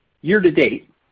Year-to-date